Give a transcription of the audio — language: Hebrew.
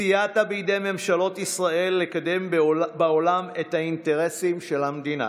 סייעת בידי ממשלות ישראל לקדם בעולם את האינטרסים של המדינה